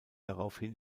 daraufhin